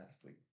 athlete